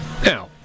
Now